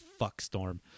fuckstorm